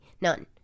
none